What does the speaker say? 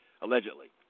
allegedly